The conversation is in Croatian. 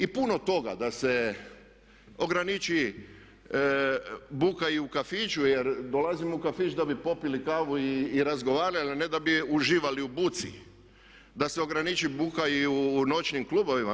I puno toga, da se ograniči buka i u kafiću jer dolazimo u kafić da bismo popili kavu i razgovarali a ne da bi uživali u buci, da se ograniči buka i u noćnim klubovima.